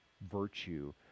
virtue